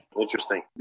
Interesting